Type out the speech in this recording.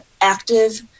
active